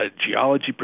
geology